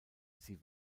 sie